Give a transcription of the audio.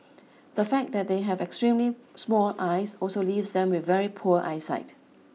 the fact that they have extremely small eyes also leaves them with very poor eyesight